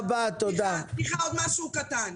סליחה, עוד משהו קטן.